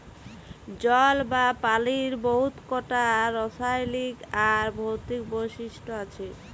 জল বা পালির বহুত কটা রাসায়লিক আর ভৌতিক বৈশিষ্ট আছে